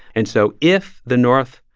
and so if the north,